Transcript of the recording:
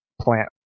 plant